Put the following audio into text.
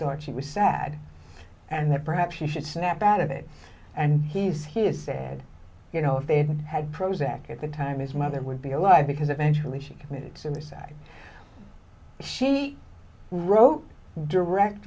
thought she was sad and that perhaps she should snap out of it and he's he said you know if they'd had prozac at the time his mother would be alive because eventually she committed suicide she wrote direct